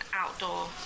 outdoor